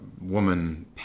woman